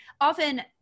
often